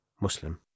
Muslim